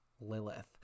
Lilith